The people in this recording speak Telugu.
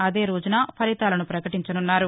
అదే రోజున ఫలితాలను పకటించనున్నారు